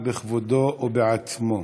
בכבודו ובעצמו.